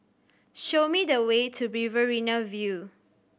show me the way to Riverina View